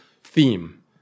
theme